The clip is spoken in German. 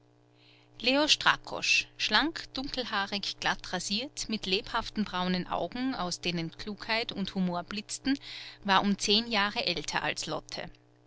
leo strakosch schlank dunkelhaarig glattrasiert mit lebhaften braunen augen aus denen klugheit und humor blitzten war um zehn jahre älter als lotte